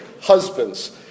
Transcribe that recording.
husbands